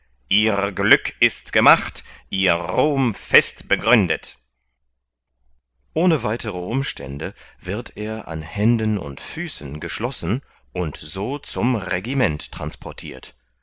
ihr glück ist gemacht ihr ruhm fest begründet ohne weitere umstände wird er an händen und füßen geschlossen und so zum regiment transportirt